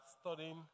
studying